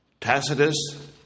Tacitus